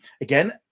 again